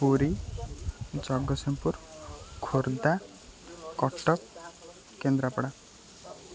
Puri Jagatsinghpur Khordha Cuttack Kendrapara